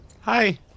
Hi